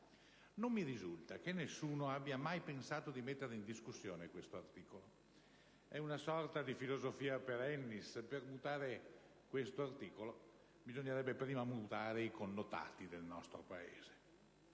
Non mi risulta che nessuno abbia mai pensato di mettere in discussione questo articolo. È una sorta di *philosophia* *perennis*: per mutare questo articolo bisognerebbe prima mutare i connotati del nostro Paese.